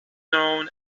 known